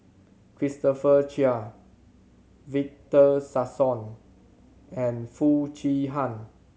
Christopher Chia Victor Sassoon and Foo Chee Han